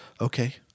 okay